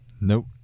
nope